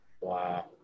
Wow